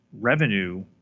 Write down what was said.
revenue